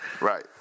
Right